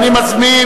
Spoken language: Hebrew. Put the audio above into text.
אני מזמין,